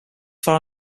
far